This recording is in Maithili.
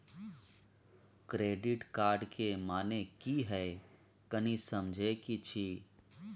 क्रेडिट कार्ड के माने की हैं, कनी समझे कि छि?